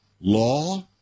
law